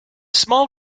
small